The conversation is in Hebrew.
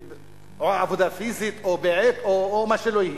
עבודה פיזית או בעט או מה שיהיה.